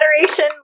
Federation